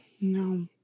No